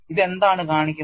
ഇത് എന്താണ് കാണിക്കുന്നത്